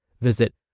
Visit